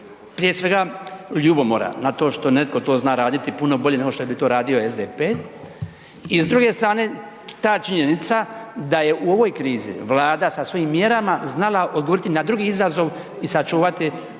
prije svega ljubomora na to što netko to zna raditi puno bolje nego što bi to radio SDP i s druge strane ta činjenica da je u ovoj krizi Vlada sa svojim mjerama znala odgovoriti na drugi izazov i sačuvati hrvatsko